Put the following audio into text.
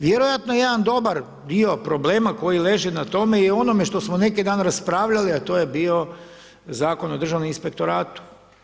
Vjerojatno jedan dobar dio problema koji leži na tome je u onome što smo neki dan raspravljali a to je bio Zakon o državnom inspektoratu.